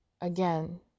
again